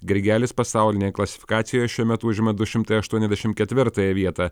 grigelis pasaulinėj klasifikacijoje šiuo metu užima du šimtai aštuoniasdešimt ketvirtąją vietą